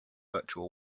virtual